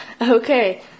Okay